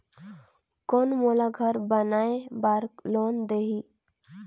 कौन मोला घर बनाय बार लोन देही?